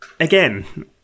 Again